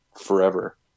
forever